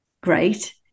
great